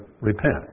repent